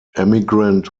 emigrant